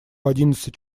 одиннадцать